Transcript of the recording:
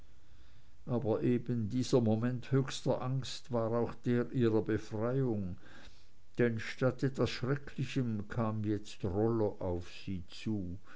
aber ebendieser moment höchster angst war auch der ihrer befreiung denn statt etwas schrecklichem kam jetzt rollo auf sie zu